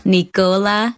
Nicola